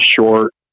short